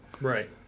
Right